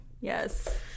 Yes